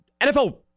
NFL